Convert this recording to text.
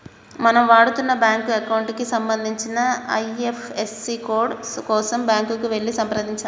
మనం వాడుతున్న bank account కి సంబంధించిన ఐ.ఎఫ్.ఎస్.సి కోడ్ కోసం బ్యాంకుకి వెళ్లి సంప్రదించాలే